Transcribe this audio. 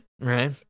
right